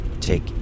Take